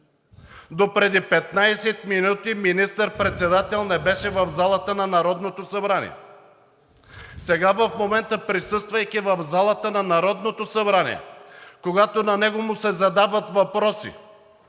Допреди 15 минути министър-председателят не беше в залата на Народното събрание. Сега, присъствайки в залата на Народното събрание, когато на него му се задават въпроси